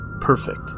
Perfect